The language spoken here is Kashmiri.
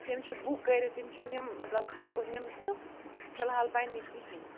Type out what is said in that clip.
یِم چھِ بُک کٔرِتھ یِم چھِ یِم مطلب خلقو نِمژٕ فِلحال بَنہِ نہٕ کِہیٖنٛۍ